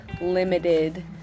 limited